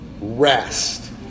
rest